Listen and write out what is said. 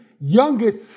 youngest